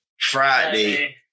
Friday